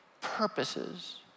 purposes